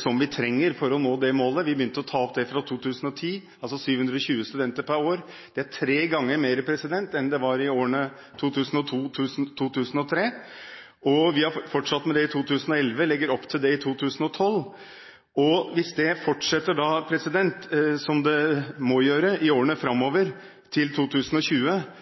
som vi trenger for å nå det målet. Vi begynte med det fra 2010 – altså 720 studenter per år. Det er tre ganger mer enn i årene 2002–2003. Vi har fortsatt med dette i 2011 og legger opp til det samme i 2012. Hvis det fortsetter – som det må gjøre – i årene framover, til 2020,